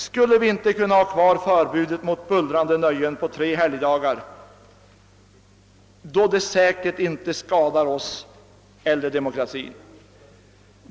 Skulle vi inte kunna ha kvar förbudet mot bullrande nöjen på tre helgdagar, då det säkert inte skadar oss eller demokratin?